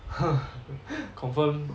confirm